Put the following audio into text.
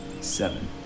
seven